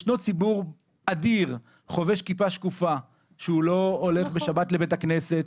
יש ציבור אדיר חובש כיפה שקופה שהוא לא הולך בשבת לבית הכנסת,